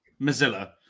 Mozilla